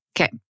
Okay